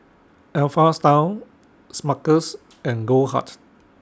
Alpha Style Smuckers and Goldheart